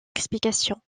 explications